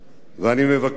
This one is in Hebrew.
ואני מבקש,